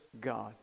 God